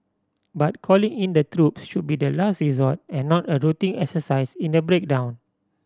but calling in the troops should be the last resort and not a routine exercise in a breakdown